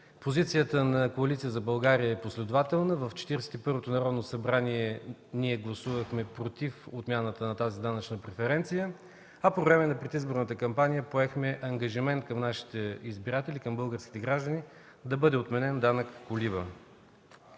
позицията на Коалиция за България е последователна. В Четиридесет и първото Народно събрание ние гласувахме против отмяната на тази данъчна преференция, а по време на предизборната кампания поехме ангажимент към нашите избиратели, към българските граждани да бъде отменен „данък колиба”.